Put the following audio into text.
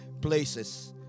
places